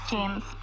James